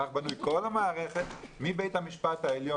כך בנויה כל המערכת מבית המשפט העליון